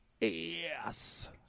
Yes